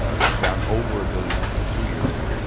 ah why. down over a billion from two years ago.